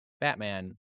Batman